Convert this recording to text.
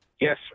Yes